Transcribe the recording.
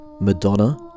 Madonna